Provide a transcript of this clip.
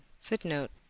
Footnote